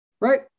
right